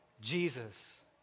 Jesus